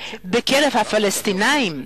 בקרב הפלסטינים,